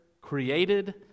created